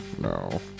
No